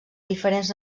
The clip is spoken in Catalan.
diferents